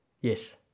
yes